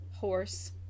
horse